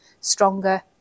stronger